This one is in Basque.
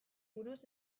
buruz